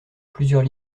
plusieurs